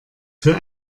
für